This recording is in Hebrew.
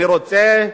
אני רוצה,